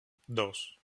dos